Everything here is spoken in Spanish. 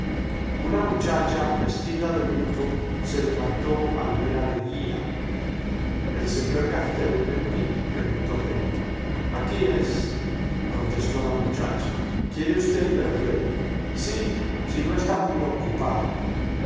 una muchacha vestida de luto se levantó al ver a leguía el señor gaztelumendi preguntó pello aquí es contestó la muchacha quiere usted verle sí si no está muy ocupado